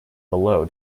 below